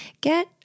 Get